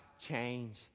change